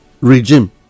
regime